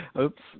Oops